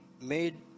made